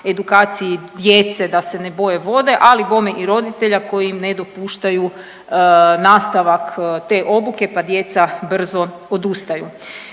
edukaciji djece da se ne boje vode, ali bome i roditelja koji ne dopuštaju nastavak te obuke pa djeca brzo odustaju.